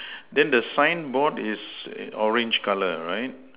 then the sign board is orange colour right